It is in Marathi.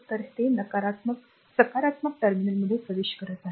तर ते सकारात्मक टर्मिनलमध्ये प्रवेश करत आहे